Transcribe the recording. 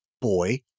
Boy